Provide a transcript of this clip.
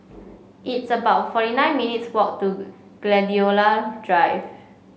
it's about forty nine minutes' walk to Gladiola Drive